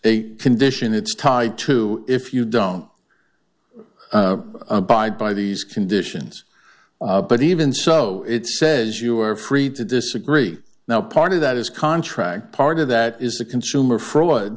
a condition it's tied to if you don't abide by these conditions but even so it says you are free to disagree now part of that is contract part of that is a consumer fraud